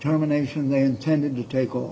terminations they intended to take all